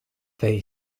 they